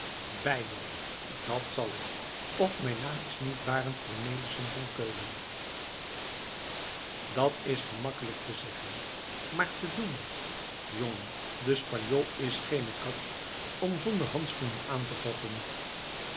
bijlo dat zal ik of mijn naam is niet barend cornelissen van keulen dat is gemakkelijk te zeggen maar te doen jongen de spanjool is geene kat om zonder handschoenen aan te vatten